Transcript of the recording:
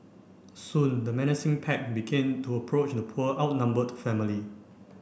soon the menacing pack began to approach the poor outnumbered family